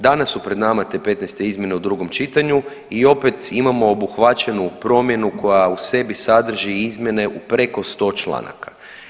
Danas su pred nama te 15-te izmjene u drugom čitanju i opet imamo obuhvaćenu promjenu koja u sebi sadrži izmjene u preko 100 članaka.